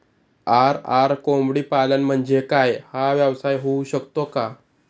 RR कोंबडीपालन म्हणजे काय? हा व्यवसाय होऊ शकतो का?